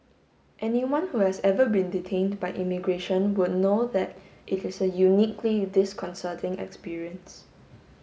anyone who has ever been detained by immigration would know that it is a uniquely disconcerting experience